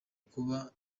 kuba